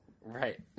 Right